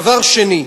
דבר שני,